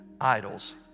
idols